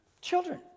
Children